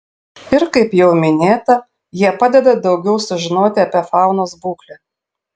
ir kaip jau minėta jie padeda daugiau sužinoti apie faunos būklę